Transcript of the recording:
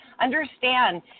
understand